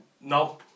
No